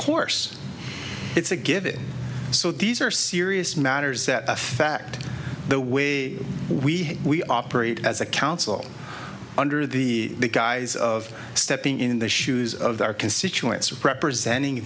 course it's a given so these are serious matters that affect the way we we operate as a council under the guise of stepping in the shoes of their constituents or representing